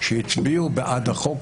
שהצביעו בעד החוק,